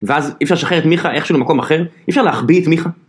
ואז אי אפשר לשחרר את מיכה איכשהו למקום אחר? אי אפשר להחביא את מיכה איכשהו במקום אחר ?